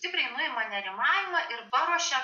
tikrai nuima nerimavimą ir paruošia